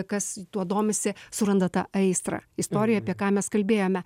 kas tuo domisi suranda tą aistrą istoriją apie ką mes kalbėjome